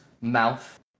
mouth